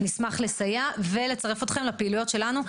נשמח לסייע ולצרף אתכם לפעילויות שלנו,